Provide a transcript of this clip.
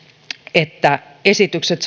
että esitykset